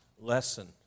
lesson